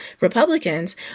Republicans